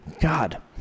God